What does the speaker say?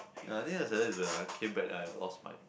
I think the saddest is when I came back then I lost my